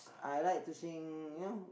I like to sing you know